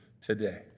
today